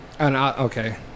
Okay